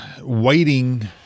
waiting